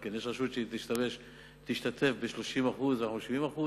יש רשות שתשתתף ב-30% ואנחנו ב-70%,